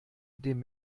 dem